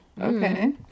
okay